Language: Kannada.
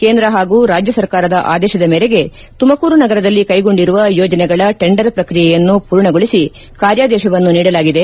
ಕೇಂದ್ರ ಹಾಗೂ ರಾಜ್ಯ ಸರ್ಕಾರದ ಆದೇಶದ ಮೇರೆಗೆ ತುಮಕೂರು ನಗರದಲ್ಲಿ ಕೈಗೊಂಡಿರುವ ಯೋಜನೆಗಳ ಟೆಂಡರ್ ಪ್ರಕ್ರಿಯೆಯನ್ನು ಪೂರ್ಣಗೊಳಿಸಿ ಕಾರ್ಯಾದೇಶವನ್ನು ನೀಡಲಾಗಿದೆ